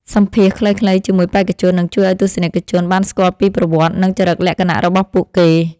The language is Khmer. សម្ភាសន៍ខ្លីៗជាមួយបេក្ខជននឹងជួយឱ្យទស្សនិកជនបានស្គាល់ពីប្រវត្តិ និង ចរិតលក្ខណៈរបស់ពួកគេ។